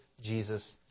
Jesus